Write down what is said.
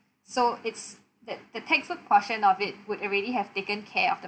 so it's that the textbook portion of it would already have taken care of the